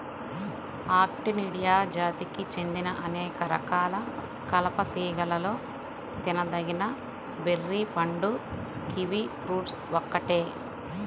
Actinidia జాతికి చెందిన అనేక రకాల కలప తీగలలో తినదగిన బెర్రీ పండు కివి ఫ్రూట్ ఒక్కటే